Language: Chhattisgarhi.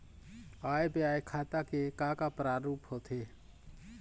आय व्यय खाता के का का प्रारूप होथे?